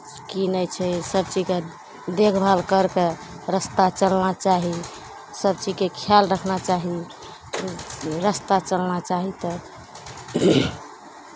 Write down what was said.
की नहि छै सभचीजके देखभाल करि कऽ रास्ता चलना चाही सभचीजके खयाल रखना चाही रास्ता चलना चाही तऽ